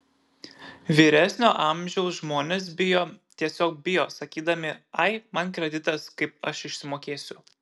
vyresnio amžiaus žmonės bijo tiesiog bijo sakydami ai man kreditas kaip aš išsimokėsiu